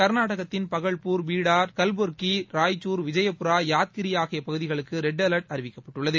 கா்நாடகத்தின் பகல்பூர் பீடா கல்புர்கி ராய்ச்சூர் விஜயபுரா யாத்கிரி ஆகிய பகுதிகளுக்கு red alert அறிவிக்கப்பட்டுள்ளது